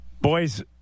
Boys